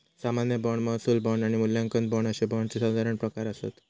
सामान्य बाँड, महसूल बाँड आणि मूल्यांकन बाँड अशे बाँडचे साधारण प्रकार आसत